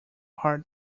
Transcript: heart